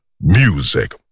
Music